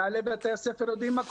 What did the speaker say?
מנהלי בתי הספר יודעים מה קורה,